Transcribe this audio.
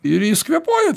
ir jis kvėpuoja